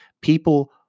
People